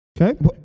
Okay